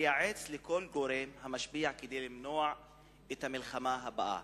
לייעץ לכל גורם משפיע כדי למנוע את המלחמה הבאה.